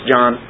John